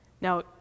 Now